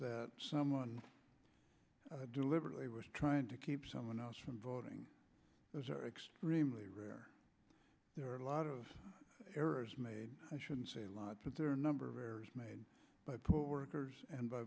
that someone deliberately was trying to keep someone else from voting those are extremely rare there are a lot of errors made i shouldn't say a lot but there are a number of errors made by poll workers and b